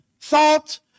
thought